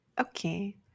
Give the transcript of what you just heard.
Okay